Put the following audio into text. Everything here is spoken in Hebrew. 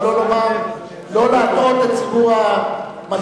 אבל לא לומר, לא להטעות את ציבור המצביעים.